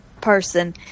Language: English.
person